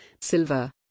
Silver